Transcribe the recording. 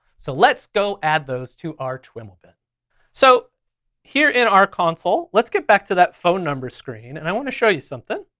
so let's go add those to our twiml but so here in our console, let's get back to that phone number screen and i wanna show you something.